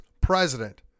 president